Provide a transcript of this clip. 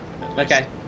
okay